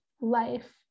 life